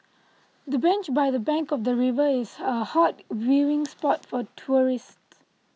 the bench by the bank of the river is a hot viewing spot for tourists